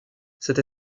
cette